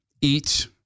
eat